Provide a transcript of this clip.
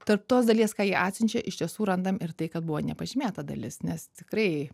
tarp tos dalies ką jie atsiunčia iš tiesų randam ir tai kad buvo nepažymėta dalis nes tikrai